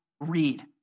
read